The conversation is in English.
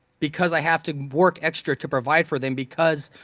because i have to work extra to provide for them because